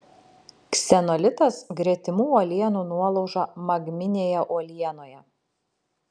ksenolitas gretimų uolienų nuolauža magminėje uolienoje